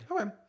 Okay